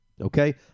Okay